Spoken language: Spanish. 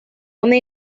una